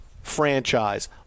Franchise